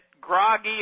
groggy